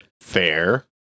Fair